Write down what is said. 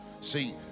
See